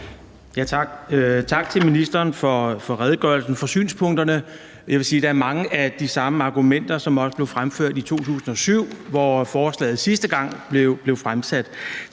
Tak til ministeren for redegørelsen for synspunkterne. Jeg vil sige, at der er mange af de samme argumenter, som også blev fremført i 2007, hvor forslaget sidste gang blev fremsat.